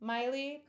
Miley